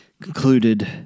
concluded